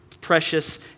precious